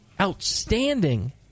outstanding